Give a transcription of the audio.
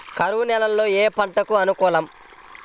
కరువు నేలలో ఏ పంటకు అనుకూలం?